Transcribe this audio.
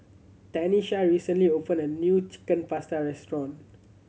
Tanisha recently opened a new Chicken Pasta restaurant